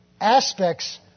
aspects